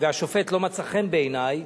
והשופט לא מצא חן בעיני,